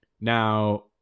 Now